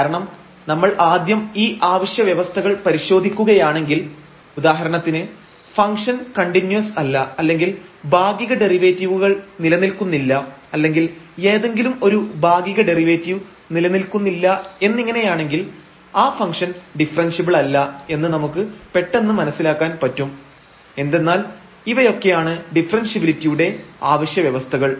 കാരണം നമ്മൾ ആദ്യം ഈ ആവശ്യ വ്യവസ്ഥകൾ പരിശോധിക്കുകയാണെങ്കിൽ ഉദാഹരണത്തിന് ഫംഗ്ഷൻ കണ്ടിന്യൂസ് അല്ല അല്ലെങ്കിൽ ഭാഗിക ഡെറിവേറ്റീവുകൾ നിലനിൽക്കുന്നില്ല അല്ലെങ്കിൽ ഏതെങ്കിലും ഒരു ഭാഗിക ഡെറിവേറ്റീവ് നിലനിൽക്കുന്നില്ല എന്നിങ്ങനെയാണെങ്കിൽ ആ ഫംഗ്ഷൻഡിഫറെൻഷ്യബിളല്ല എന്ന് നമുക്ക് പെട്ടെന്ന് മനസ്സിലാക്കാൻ പറ്റും എന്തെന്നാൽ ഇവയൊക്കെയാണ് ഡിഫറെൻഷ്യബിലിറ്റിയുടെ അവശ്യ വ്യവസ്ഥകൾ